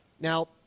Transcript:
Now